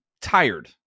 tired